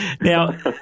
Now